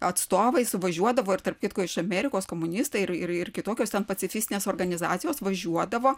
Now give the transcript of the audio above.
atstovai suvažiuodavo ir tarp kitko iš amerikos komunistai ir ir kitokios ten pacifistinės organizacijos važiuodavo